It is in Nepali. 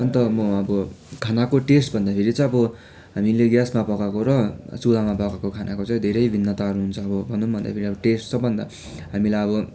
अन्त म अब खानाको टेस्ट भन्दाखेरि चाहिँ अब हामीले ग्यासमा पकाएको र चुलामा पकाएको खानाको चाहिँ धेरै भिन्नताहरू हुन्छ अब भनौँ भन्दाखेरि अब टेस्ट सबभन्दा हामीलाई अब